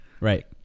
right